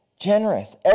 Generous